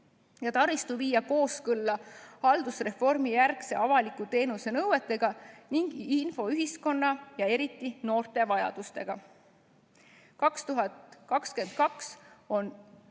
ja taristu viia kooskõlla haldusreformijärgsete avalike teenuste nõuetega ning infoühiskonna ja eriti noorte vajadustega. 2022 on